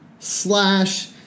Slash